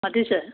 মাতিছে